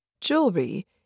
Jewelry